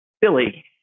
Billy